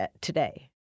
today